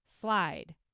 slide